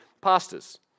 pastors